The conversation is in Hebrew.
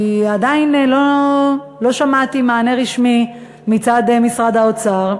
כי עדיין לא שמעתי מענה רשמי מצד משרד האוצר.